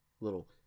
little